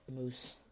Moose